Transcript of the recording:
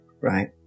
right